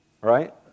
Right